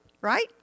right